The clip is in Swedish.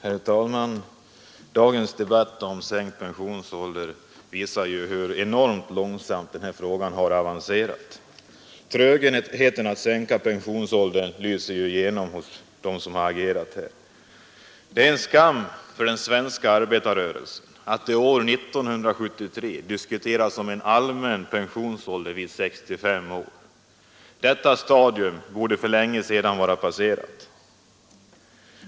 Herr talman! Dagens debatt om sänkt pensionsålder visar hur enormt långsamt den här frågan har avancerat. Trögheten när det gäller att sänka pensionsåldern lyser igenom hos dem som har agerat här. Det är en skam för den svenska arbetarrörelsen att det år 1973 diskuteras om en sänkning av den allmänna pensionsåldern till 65 år. Detta stadium borde för länge sedan vara passerat.